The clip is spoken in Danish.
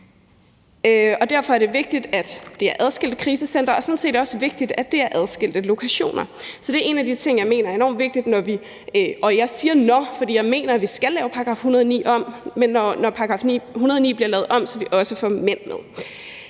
Derfor er det vigtigt, at det er adskilte krisecentre, og det er sådan set også vigtigt, at det er adskilte lokationer. Det er en af de ting, jeg mener er enorm vigtig, når – og jeg siger »når« – vi skal lave § 109 om, for det mener jeg vi skal, så vi også får mænd med.